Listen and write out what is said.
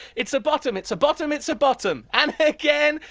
it's a bottom. it's a bottom. it's a bottom. and again.